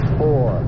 four